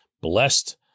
blessed